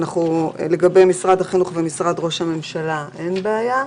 שלגבי משרד החינוך ומשרד ראש הממשלה אין בעיה,